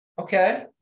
Okay